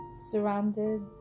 Surrounded